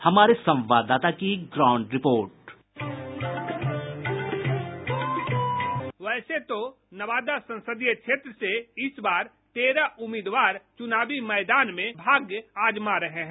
हमारे संवाददाता की ग्राउंड रिपोर्ट साउंड बाईट वैसे तो नवादा संसदीय क्षेत्र से इस बार तेरह उम्मीदवार चुनावी मैदान में भाग्य आजमा रहे हैं